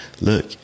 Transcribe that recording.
look